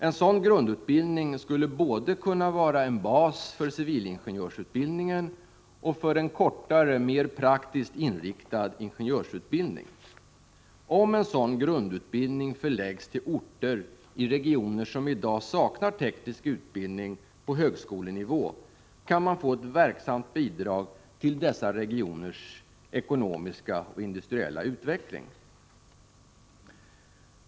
En sådan grundutbildning skulle kunna vara en bas både för civilingenjörsutbildningen och för en kortare, mer praktiskt inriktad ingenjörsutbildning. Om en sådan grundutbildning förläggs till orter i regioner som i dag saknar teknisk utbildning på högskolenivå, kan man få ett verksamt bidrag till dessa regioners ekonomiska och industriella utveckling.